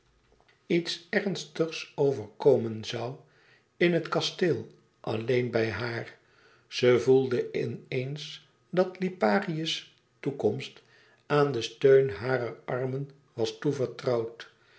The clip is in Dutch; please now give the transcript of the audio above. iets ernstigs overkomen zoû in het kasteel alleen bij haar ze voelde in eens dat liparië's toekomst aan den steun harer armen was toevertrouwd